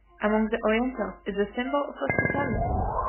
among the orientals, is the symbol of hospitality,